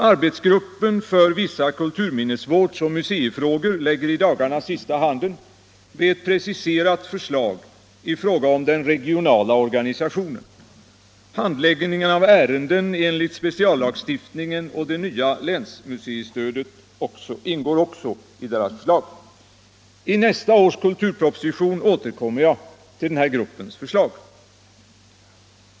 Arbetsgruppen för vissa kulturminnesvårdsoch museifrågor lägger i dagarna sista handen vid ett preciserat förslag i fråga om den regionala omorganisationen, handläggningen av ärenden enligt speciallagstiftningen och det nya länsmuseistödet. I nästa års kulturproposition återkommer jag till gruppens förslag.